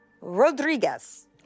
Rodriguez